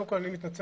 קודם כל אני מתנצל,